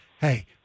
hey